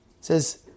Says